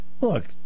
look